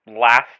last